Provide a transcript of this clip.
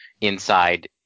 inside